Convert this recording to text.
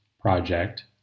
project